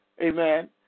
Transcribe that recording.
amen